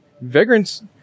Vagrant's